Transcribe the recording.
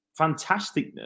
fantasticness